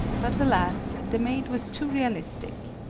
but, alas! the maid was too realistic.